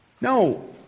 No